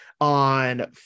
on